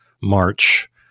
March